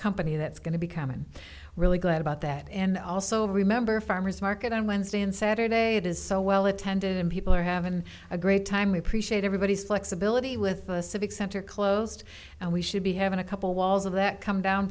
company that's going to be coming really glad about that and also remember farmer's market on wednesday and saturday it is so well attended and people are having a great time we appreciate everybody's flexibility with the civic center closed and we should be having a couple walls of that come down